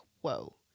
Whoa